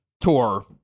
tour